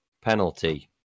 penalty